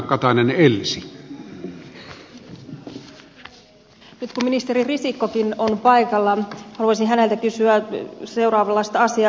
nyt kun ministeri risikkokin on paikalla haluaisin häneltä kysyä seuraavanlaista asiaa